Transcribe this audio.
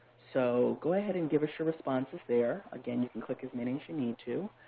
so go ahead and give us your responses there. again, you can click as many as you need to.